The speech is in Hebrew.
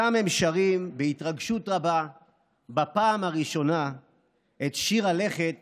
שם הם שרים בהתרגשות רבה בפעם הראשונה את שיר הלכת